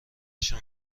شون